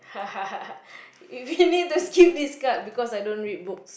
we need to skip this card because I don't read books